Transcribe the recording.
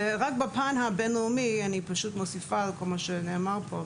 בפן הבין-לאומי אני מוסיפה על כל מה שנאמר פה,